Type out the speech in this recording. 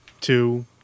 two